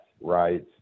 right